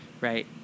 right